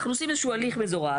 אנחנו עושים איזה שהוא הליך מזורז,